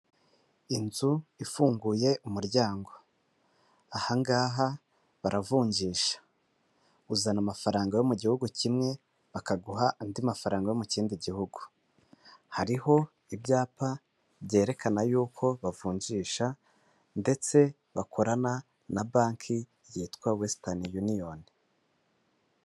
Inzu ifunguye umuryango, aha ngaha baravunjisha, uzana amafaranga yo mu gihugu kimwe bakaguha andi mafaranga yo mu kindi gihugu, hariho ibyapa byerekana yuko bavunjisha ndetse bakorana na banki yitwa Western Union.